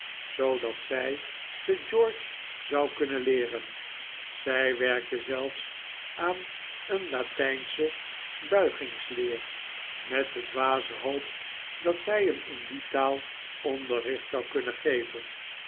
zoodat zij ze george zou kunnen leeren zij werkte zelfs aan een latijnsche buigingsleer met de dwaze hoop dat zij hem in die taal onderricht zou kunnen geven